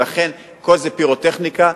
ולכן, כל זה פירוטכניקה.